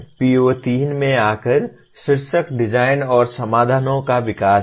PO3 में आकर शीर्षक डिजाइन और समाधानों का विकास है